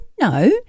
no